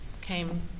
came